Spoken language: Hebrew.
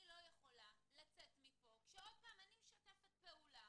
אני לא יכולה לצאת מפה כשעוד פעם אני משתפת פעולה